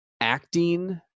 acting